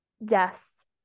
Yes